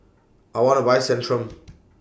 I want to Buy Centrum